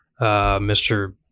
Mr